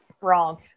wrong